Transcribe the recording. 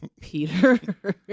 Peter